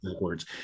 words